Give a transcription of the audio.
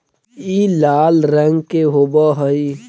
ई लाल रंग के होब हई